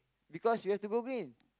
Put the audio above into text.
because we have to go green